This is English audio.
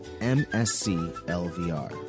M-S-C-L-V-R